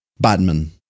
Batman